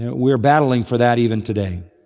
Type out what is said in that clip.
and we are battling for that even today.